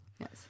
Yes